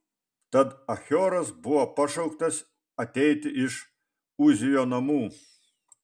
tad achioras buvo pašauktas ateiti iš uzijo namų